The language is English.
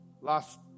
Last